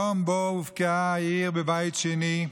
יום שבו הובקעה העיר בבית שני,